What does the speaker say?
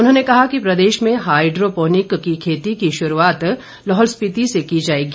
उन्होंने कहा कि प्रदेश में हाईड्रोपोनिक की खेती की शुरूआत लाहौल स्पिति से की जाएगी